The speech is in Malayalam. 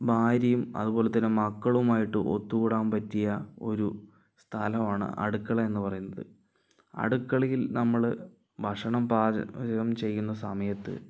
ഭാര്യയും അതുപോലതന്നെ മക്കളുമായിട്ട് ഒത്തുകൂടാൻ പറ്റിയ ഒരു സ്ഥലമാണ് അടുക്കള എന്നു പറയുന്നത് അടുക്കളയിൽ നമ്മള് ഭക്ഷണം പാചകം ചെയ്യുന്ന സമയത്ത്